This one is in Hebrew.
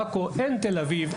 עכו; אין את תל אביב,